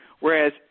whereas